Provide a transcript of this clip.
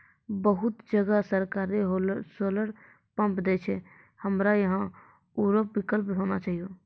बहुत जगह सरकारे सोलर पम्प देय छैय, हमरा यहाँ उहो विकल्प होना चाहिए?